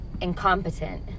incompetent